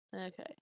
okay